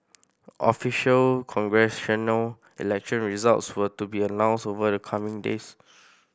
official congressional election results were to be announced over the coming days